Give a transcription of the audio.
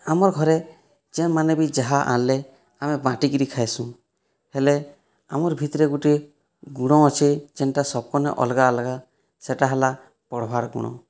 ଆମ ଘରେ ଯେନ୍ ମାନେ ବି ଯାହା ଆଣଲେ ଆମେ ବାଣ୍ଟିକିରି ଖାଇସୁଁ ହେଲେ ଆମର ଭିତରେ ଗୋଟିଏ ଗୁଣ ଅଛେ ଯେନ୍ଟା ସବକନେ ଅଲଗା ଅଲଗା ସେହିଟା ହେଲା ପଢ଼ବାର ଗୁଣ